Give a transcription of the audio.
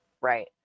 right